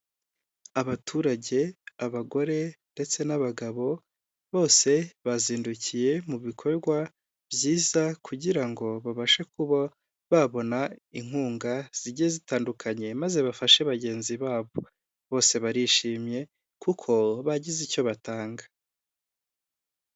Abaturage, abagore ndetse n'abagabo bose bazindukiye mu bikorwa byiza kugira ngo babashe kuba babona inkunga zigiye zitandukanye maze bafashe bagenzi babo. Bose barishimye kuko bagize icyo batanga.